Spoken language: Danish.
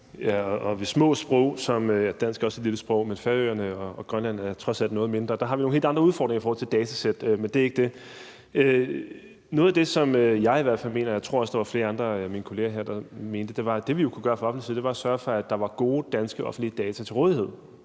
med små sprog – dansk er også et lille sprog, men grønlandsk og færøsk er trods alt noget mindre – har vi jo nogle helt andre udfordringer i forhold til datasæt. Men det er ikke det, jeg vil spørge om. Noget af det, jeg mener, og som jeg også tror at der er flere andre af mine kolleger der mener, er, at det, vi jo kunne gøre for det offentliges side, var at sørge for, at der er gode offentlige danske data til rådighed.